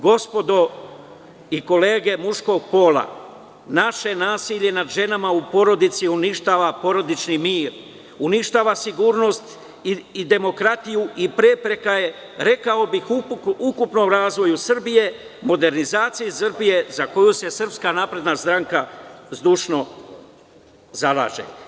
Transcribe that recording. Gospodo i kolege muškog pola, naše nasilje nad ženama u porodici uništava porodični mir, uništava sigurnost i demokratiju i prepreka je, rekao bih, ukupnom razvoju Srbije, modernizacije Srbije, za koju se SNS zdušno zalaže.